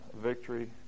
victory